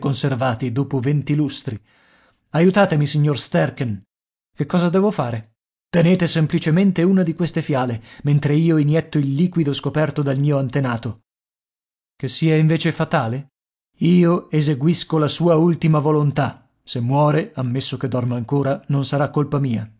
conservati dopo venti lustri aiutatemi signor sterken che cosa devo fare tenete semplicemente una di queste fiale mentre io inietto il liquido scoperto dal mio antenato che sia invece fatale io eseguisco la sua ultima volontà se muore ammesso che dorma ancora non sarà colpa mia